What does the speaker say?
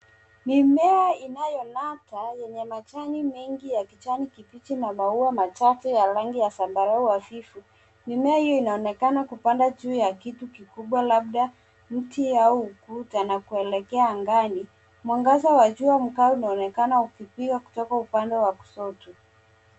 Mimea inayong'ata yenye majani mengi ya kijani kibichi na maua machache ya rangi ya zambarau hafifu. Mimea hiyo inaonekana kupandwa juu ya kitu kikubwa labda mti au ukuta na kuelekea angani. Mwangaza wa jua mkali unaonekana ukipiga kutoka upande wa kushoto.